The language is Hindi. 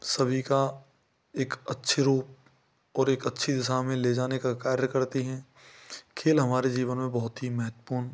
सभी का एक अच्छे रूप और एक अच्छी दिशा में ले जाने का कार्य करती हैं खेल हमारे जीवन में बहुत ही महत्वपूर्ण